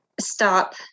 stop